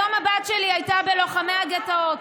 היום הבת שלי הייתה בלוחמי הגטאות.